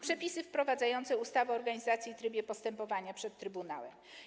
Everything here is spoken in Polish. Przepisy wprowadzające ustawę o organizacji i trybie postępowania przed trybunałem.